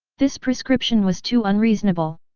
this prescription was too unreasonable.